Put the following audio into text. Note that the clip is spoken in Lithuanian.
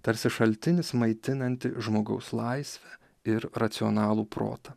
tarsi šaltinis maitinanti žmogaus laisvę ir racionalų protą